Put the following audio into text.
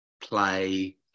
play